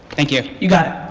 thank you. you got it.